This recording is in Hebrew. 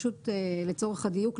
לצורך הדיוק,